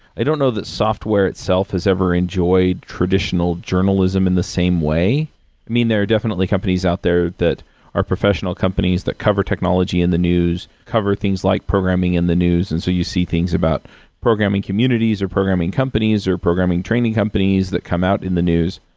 i don't know that software itself has ever enjoyed traditional journalism in the same way. i mean, there are definitely companies out there that are professional companies that cover technology in the news, cover things like programming in the news. and so you see things about programming communities, or programming companies, or programming training companies that come out in the news.